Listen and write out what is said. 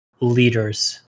leaders